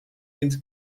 fins